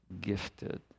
gifted